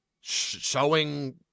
showing